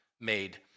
made